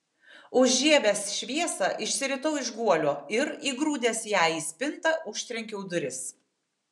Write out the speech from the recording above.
užžiebęs šviesą išsiritau iš guolio ir įgrūdęs ją į spintą užtrenkiau duris